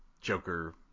Joker